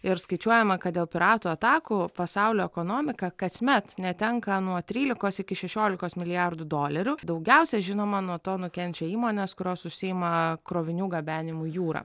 ir skaičiuojama kad dėl piratų atakų pasaulio ekonomika kasmet netenka nuo trylikos iki šešiolikos milijardų dolerių daugiausiai žinoma nuo to nukenčia įmonės kurios užsiima krovinių gabenimu jūra